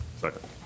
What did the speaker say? Second